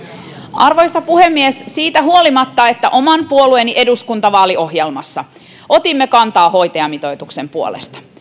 arvoisa puhemies siitä huolimatta että oman puolueeni eduskuntavaaliohjelmassa otimme kantaa hoitajamitoituksen puolesta